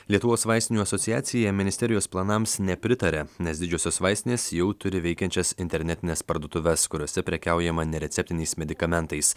lietuvos vaistinių asociacija ministerijos planams nepritaria nes didžiosios vaistinės jau turi veikiančias internetines parduotuves kuriose prekiaujama nereceptiniais medikamentais